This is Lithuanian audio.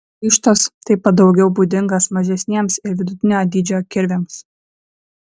pleištas taip pat daugiau būdingas mažesniems ir vidutinio dydžio kirviams